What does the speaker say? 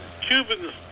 Cubans